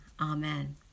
Amen